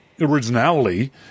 originality